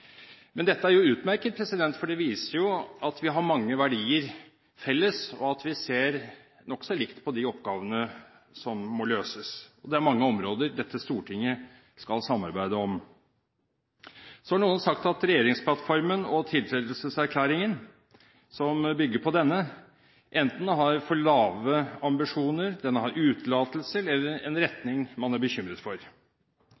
Men dette er jo utmerket, for det viser jo at vi har mange verdier felles, og at vi ser nokså likt på de oppgavene som må løses. Det er mange områder dette stortinget skal samarbeide om. Så har noen sagt at regjeringsplattformen og tiltredelseserklæringen, som bygger på denne, enten har for lave ambisjoner, har utelatelser eller en